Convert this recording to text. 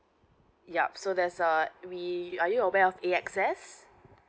yup so there's err we are you aware of A_X_S